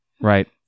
right